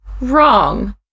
wrong